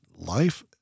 Life